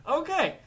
okay